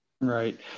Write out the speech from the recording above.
Right